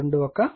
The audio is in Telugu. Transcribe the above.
21 మీటర్లు